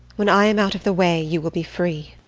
when i am out of the way, you will be free.